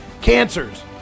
Cancers